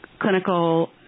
clinical